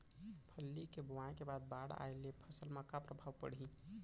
फल्ली के बोआई के बाद बाढ़ आये ले फसल मा का प्रभाव पड़ही?